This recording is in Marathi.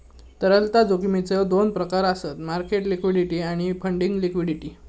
तरलता जोखमीचो दोन प्रकार आसत मार्केट लिक्विडिटी आणि फंडिंग लिक्विडिटी